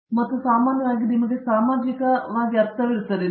ಪ್ರತಾಪ್ ಹರಿಡೋಸ್ ಮತ್ತು ಸಾಮಾನ್ಯವಾಗಿ ನಿಮಗೆ ಸಾಮಾಜಿಕ ಅರ್ಥವಿರುತ್ತದೆ